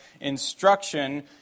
instruction